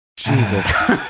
Jesus